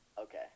Okay